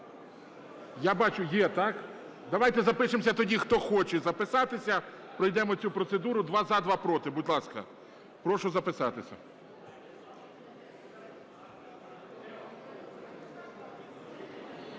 Я бачу, є, так. Давайте запишемося тоді, хто хоче записатися, пройдемо цю процедуру: два – за, два – проти. Будь ласка, прошу записатися.